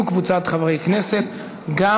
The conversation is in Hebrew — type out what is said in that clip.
של חבר הכנסת עיסאווי פריג' וקבוצת חברי הכנסת.